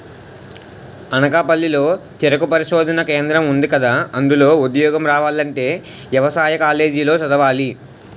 అనకాపల్లి లో చెరుకు పరిశోధనా కేంద్రం ఉందికదా, అందులో ఉద్యోగం రావాలంటే యవసాయ కాలేజీ లో చదవాలి